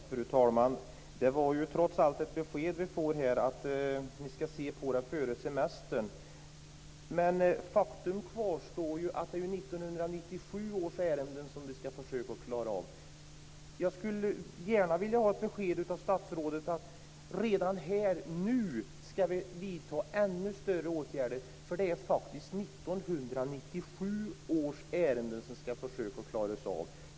Fru talman! Det var ju trots allt ett besked vi får här om att ni skall se på det före semestern. Men faktum kvarstår att det är 1997 års ärenden som man nu skall försöka klara av. Jag skulle gärna vilja ha ett besked av statsrådet om att vi redan nu skall vidta ännu större åtgärder. Det är faktiskt 1997 års ärenden som man skall försöka klara av.